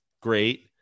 great